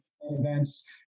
events